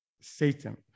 Satan